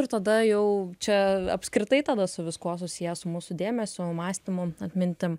ir tada jau čia apskritai tada su viskuo susiję su mūsų dėmesiu mąstymu atmintim